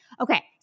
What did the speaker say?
Okay